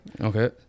okay